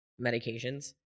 medications